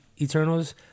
Eternals